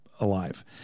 alive